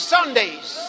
Sundays